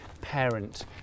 parent